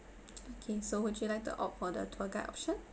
okay so would you like to opt for the tour guide option